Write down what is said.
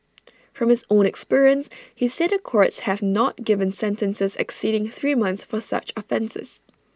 from his own experience he said the courts have not given sentences exceeding three months for such offences